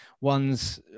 one's